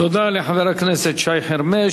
תודה לחבר הכנסת שי חרמש.